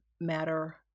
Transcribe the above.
matter